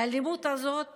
לאלימות הזאת